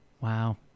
Wow